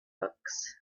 books